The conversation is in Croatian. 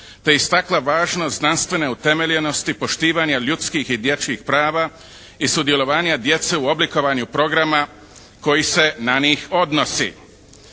te istakla važnost znanstvene utemeljenosti, poštivanja ljudskih i dječjih prava i sudjelovanja djece u oblikovanju programa koji se na njih odnosi.